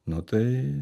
nu tai